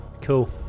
cool